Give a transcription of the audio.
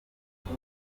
gusa